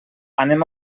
anem